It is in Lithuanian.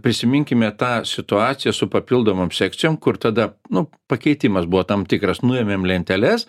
prisiminkime tą situaciją su papildomom sekcijom kur tada nu pakeitimas buvo tam tikras nuėmėm lenteles